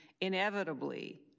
inevitably